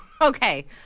Okay